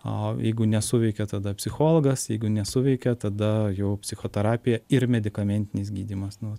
o jeigu nesuveikia tada psichologas jeigu nesuveikia tada jau psichoterapija ir medikamentinis gydymas nu